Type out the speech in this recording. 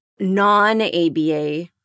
Non-ABA